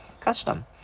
Custom